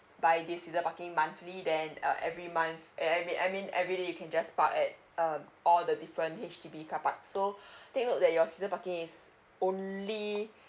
buy this seasoned parking monthly then uh every month eh I mean I mean everyday you can just park at um all the different H_D_B carpark so take note that your seasoned parking is only